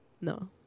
No